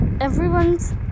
everyone's